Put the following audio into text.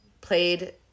played